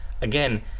Again